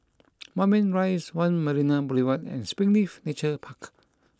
Moulmein Rise One Marina Boulevard and Springleaf Nature Park